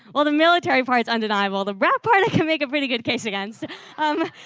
well, the military part is undeniable. the wrap party can make a pretty good case against um